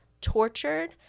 tortured